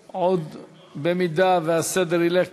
במידה שהסדר ילך